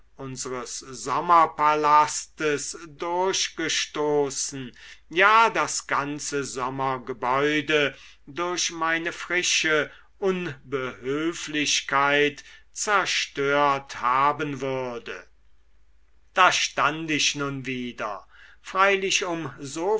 unseres sommerpalastes durchgestoßen ja das ganze sommergebäude durch meine frische unbehülflichkeit zerstört haben würde da stand ich nun wieder freilich um so